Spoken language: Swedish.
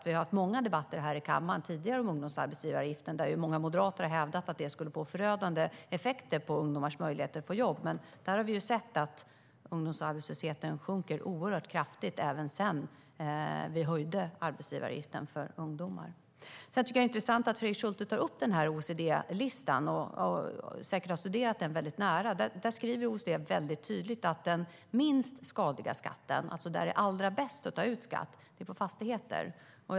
Vi har tidigare här i kammaren haft många debatter om ungdomsarbetsgivaravgiften. Många moderater har ju hävdat att höjningen skulle få förödande effekter på ungdomars möjlighet att få jobb. Men ungdomsarbetslösheten sjunker nu oerhört kraftigt även efter det att arbetsgivaravgiften för ungdomar höjdes. Sedan är det intressant att Fredrik Schulte tar upp OECD-listan. Han har säkert studerat den väldigt noga. OECD skriver tydligt att den minst skadliga skatten - alltså där det är allra bäst att ta ut skatt - är skatt på fastigheter.